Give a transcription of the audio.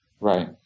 Right